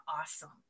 awesome